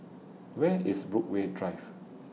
Where IS Brookvale Drive